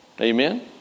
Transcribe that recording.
Amen